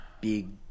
big